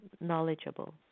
knowledgeable